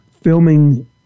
filming